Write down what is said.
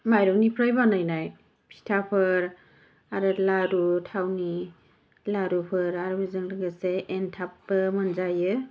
माइरंनिफ्राय बानायनाय फिथाफोर आरो लारु थावनि लारुफोर आरो बेजों लोगोसे एनथाबबो मोनजायो